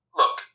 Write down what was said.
look